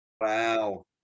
Wow